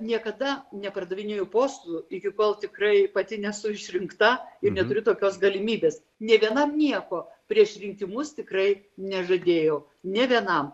niekada nepardavinėju postų iki kol tikrai pati nesu išrinkta ir neturiu tokios galimybės nė vienam nieko prieš rinkimus tikrai nežadėjau nė vienam